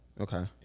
Okay